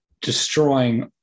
destroying